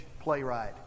playwright